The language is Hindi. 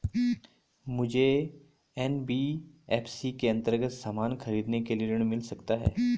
मुझे एन.बी.एफ.सी के अन्तर्गत सामान खरीदने के लिए ऋण मिल सकता है?